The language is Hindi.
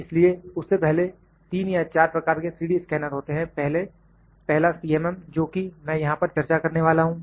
इसलिए उससे पहले 3 या 4 प्रकार के 3D स्कैनर होते हैं पहला CMM जोकि में यहां पर चर्चा करने वाला हूं